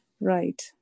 right